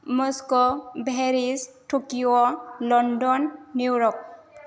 Moscow Paris Tokyo London New York